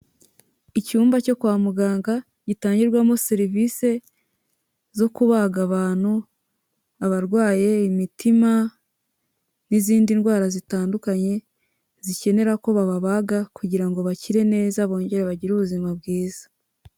Icyumba cyo kwa muganga gitangirwamo serivisi zo kubaga abantu: abarwaye imitima n'izindi ndwara zitandukanye zikenera ko bababaga; kugira ngo bakire neza bongere bagire ubuzima bwiza.